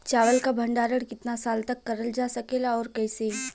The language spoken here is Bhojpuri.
चावल क भण्डारण कितना साल तक करल जा सकेला और कइसे?